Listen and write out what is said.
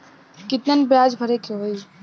कितना ब्याज भरे के होई?